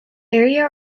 area